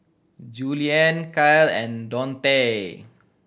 Juliann Kyle and Dontae